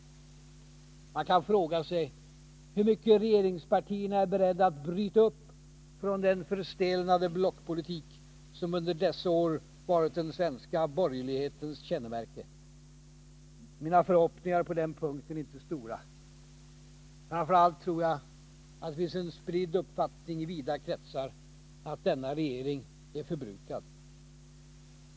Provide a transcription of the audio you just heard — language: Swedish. Man kan fråga sig hur mycket regeringspartierna är beredda att bryta upp från den förstelnade blockpolitik som under dessa år varit den svenska borgerlighetens kännemärke. Mina förhoppningar på den punkten är inte stora. Framför allt tror jag att det finns en spridd uppfattning i vida kretsar att denna regering är förbrukad.